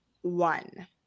One